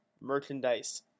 merchandise